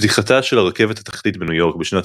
פתיחתה של הרכבת התחתית בניו יורק בשנת